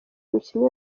imikino